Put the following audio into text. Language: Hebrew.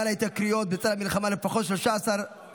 גל ההתייקרויות בצל המלחמה: לפחות 13 יבואניות